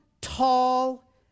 tall